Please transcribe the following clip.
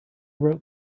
wrote